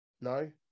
no